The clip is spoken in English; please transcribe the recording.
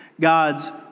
God's